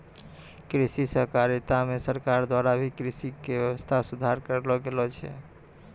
कृषि सहकारिता मे सरकार द्वारा भी कृषि वेवस्था सुधार करलो गेलो छै